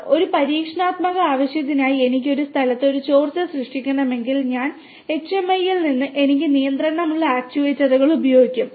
sir ഒരു പരീക്ഷണാത്മക ആവശ്യത്തിനായി എനിക്ക് ഒരു സ്ഥലത്ത് ഒരു ചോർച്ച സൃഷ്ടിക്കണമെങ്കിൽ ഞാൻ എച്ച്എംഐയിൽ നിന്ന് എനിക്ക് നിയന്ത്രണമുള്ള ആക്യുവേറ്ററുകൾ ഉപയോഗിക്കും